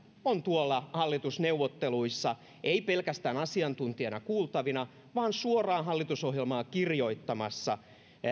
on hallitusneuvotteluissa ei pelkästään asiantuntijoina kuultavina vaan suoraan hallitusohjelmaa kirjoittamassa